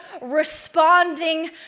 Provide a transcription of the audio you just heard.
responding